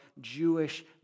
Jewish